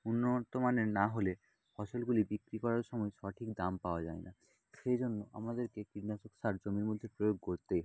উন্নত মানের না হলে ফসলগুলি বিক্রি করার সময় সঠিক দাম পাওয়া যায় না সেই জন্য আমাদেরকে কীটনাশক সার জমির মধ্যে প্রয়োগ করতেই হয়